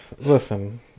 listen